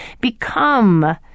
become